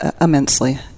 immensely